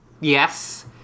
Yes